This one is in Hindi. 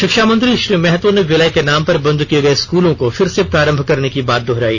शिक्षा मंत्री श्री महतो ने विलय के नाम पर बंद किए गए स्कूलों को फिर से प्रारंभ करने की बात दोहराई